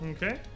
Okay